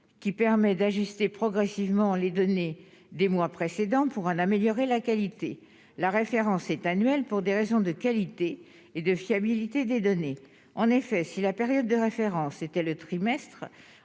qui permet d'ajuster progressivement les données des mois précédents, pourra l'améliorer la qualité, la référence est annuel, pour des raisons de qualité et de fiabilité des données, en effet, si la période de référence était le trimestre